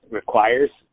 requires